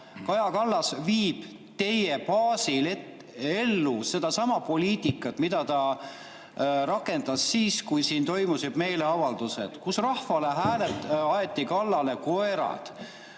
Kaja Kallas viib teie baasil ellu sedasama poliitikat, mida ta rakendas siis, kui siin toimusid meeleavaldused, kui rahvale aeti kallale koerad,